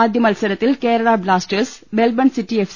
ആദ്യ മത്സരത്തിൽ Kerala Blasters Melbourne City F